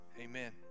amen